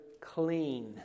clean